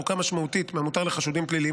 ארוכה משמעותית מהמותר לחשודים פליליים